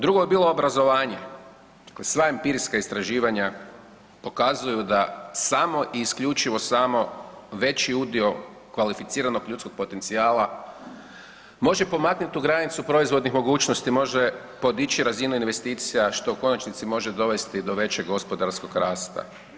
Drugo je bilo obrazovanje koje sva empirijska istraživanja pokazuju da samo i isključivo samo veći udio kvalificiranog ljudskog potencijala može pomaknut tu granicu proizvodnih mogućnosti, može podići razinu investicija, što u konačnici može dovesti do većeg gospodarskog rasta.